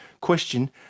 Question